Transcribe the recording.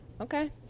Okay